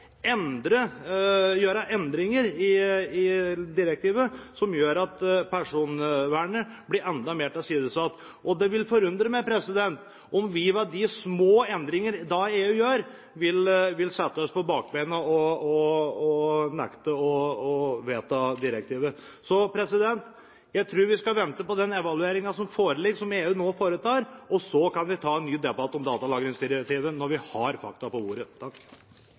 gjøre endringer i direktivet som gjør at personvernet blir enda mer tilsidesatt. Det vil forundre meg om vi ved de små endringene EU da gjør, vil sette oss på bakbeina og nekte å vedta direktivet. Så jeg tror vi skal vente til den evalueringen som EU nå foretar, foreligger, og så ta en ny debatt om datalagringsdirektivet når vi har fakta på bordet.